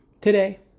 Today